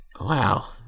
Wow